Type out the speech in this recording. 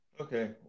Okay